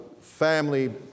family